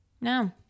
No